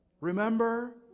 Remember